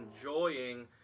enjoying